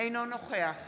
אינו נוכח